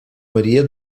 maria